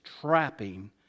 trapping